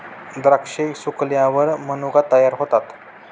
द्राक्षे सुकल्यावर मनुका तयार होतात